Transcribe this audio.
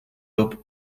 lub